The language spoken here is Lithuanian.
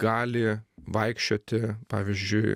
gali vaikščioti pavyzdžiui